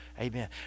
Amen